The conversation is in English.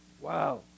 wow